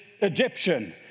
Egyptian